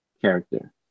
character